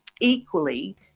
Equally